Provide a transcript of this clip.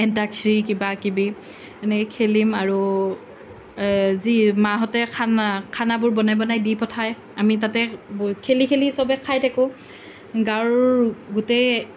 এণ্টাকচৰি কিবা কিবি তেনেকে খেলিম আৰু যি মাহঁতে খানা খানাবোৰ বনাই বনাই দি পঠায় আমি তাতে খেলি খেলি সবে খাই থাকোঁ গাৱঁৰ গোটেই